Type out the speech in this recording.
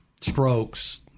strokes